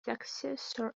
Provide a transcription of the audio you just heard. successor